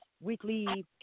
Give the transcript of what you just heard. weekly